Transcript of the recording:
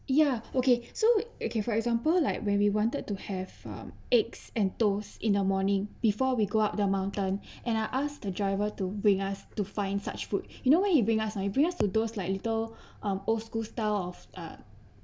ya okay so okay for example like when we wanted to have um eggs and toast in the morning before we go up the mountain and I asked the driver to bring us to find such food you know where he bring us ah he bring us to those like little ah old school style of ah